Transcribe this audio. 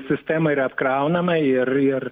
sistema yra apkraunama ir ir